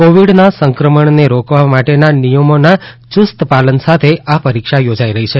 કોવિડના સંક્રમણને રોકવા માટેના નિયમોના યુસ્ત પાલન સાથે આ પરીક્ષા યોજાઇ રહી છે